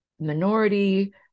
minority